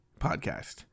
podcast